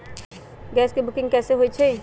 Gas के booking कैसे होईछई?